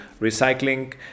recycling